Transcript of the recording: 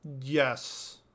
Yes